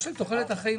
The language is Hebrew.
ארגוני החברה האזרחית,